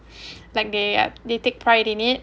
like they uh they take pride in it